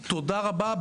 תודה רבה,